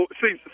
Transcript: see